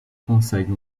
consegue